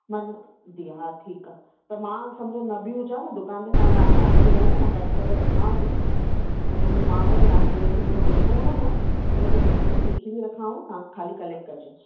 माना धीअ आहे ठीकु आहे त मां सम्झो न बि हुजांव दुकान ते तव्हां तव्हांजो नालो ॿुधाईंदौ मां पैक करे रखियांव थी त मुंहिंजो माण्हू या केर ॿि ॿियो वेठो हूंदो ना हिनखे पेमेंट बि लिखी थी रखांव तव्हां खाली कलेक्ट कॼो